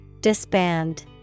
Disband